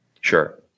Sure